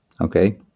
Okay